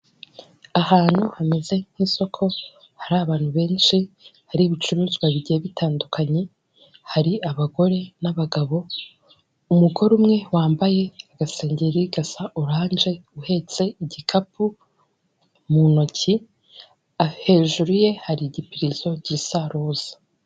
Ahantu hameze nk'isoko, hari abantu benshi, hari ibicuruzwa bigiye bitandukanye, hari abagore n'abagabo, umugore umwe wambaye agasengeri gasa oranje uhetse igikapu mu ntoki, hejuru ye hari igipirizo gisa roza.